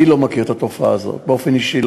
אני לא מכיר את התופעה הזאת באופן אישי.